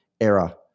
era